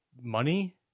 money